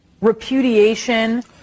repudiation